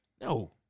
No